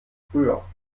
früher